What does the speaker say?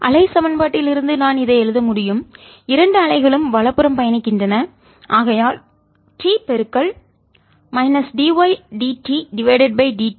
அலை சமன்பாட்டிலிருந்து நான் இதை எழுத முடியும் இரண்டு அலைகளும் வலப்புறம் பயணிக்கின்றன ஆகையால் T dy Tdt